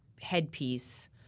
headpiece